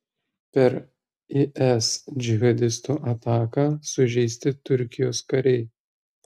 per is džihadistų ataką sužeisti turkijos kariai